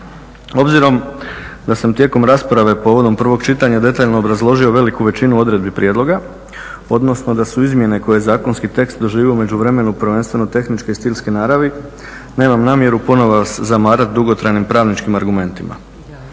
Obzirom da sam tijekom rasprave povodom prvog čitanja detaljno obrazložio veliku većinu odredbi prijedloga odnosno da su izmjene koje je zakonski tekst doživio u međuvremenu prvenstveno tehničke i stilske naravi, nemam namjeru ponovno vas zamarati dugotrajnim pravničkim argumentima.